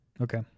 Okay